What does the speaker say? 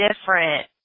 different